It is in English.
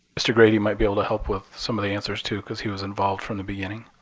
mr. grady might be able to help with some of the answers, too, because he was involved from the beginning.